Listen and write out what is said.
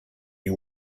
you